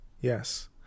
Yes